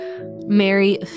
Mary